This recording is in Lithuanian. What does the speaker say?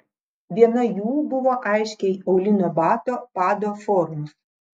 viena jų buvo aiškiai aulinio bato pado formos